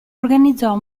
organizzò